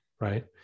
right